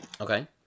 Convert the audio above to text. Okay